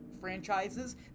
franchises